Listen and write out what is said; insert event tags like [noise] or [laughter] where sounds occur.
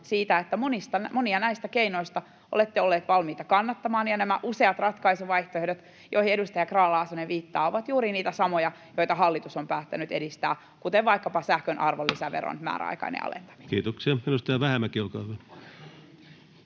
että monia näistä keinoista olette olleet valmiita kannattamaan, ja nämä useat ratkaisuvaihtoehdot, joihin edustaja Grahn-Laasonen viittaa, ovat juuri niitä samoja, joita hallitus on päättänyt edistää, kuten vaikkapa sähkön arvonlisäveron [noise] määräaikainen